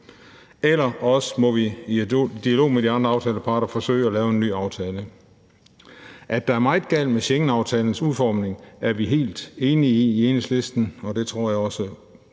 eller også må vi i dialog med de andre aftaleparter forsøge at lave en ny aftale. At der er meget galt med Schengenaftalens udformning, er vi helt enige i i Enhedslisten, og det tror jeg også